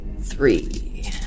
Three